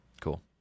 Cool